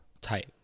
tight